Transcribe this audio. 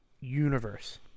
universe